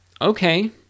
okay